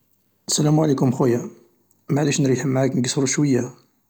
سلام عليكم خويا، معليش نريح معاك نقصرو شويا.